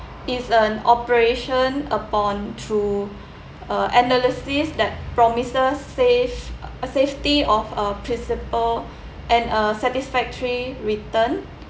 is an operation upon through uh analysis that promises says uh safety of a principal and a satisfactory return